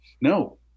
no